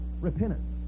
Repentance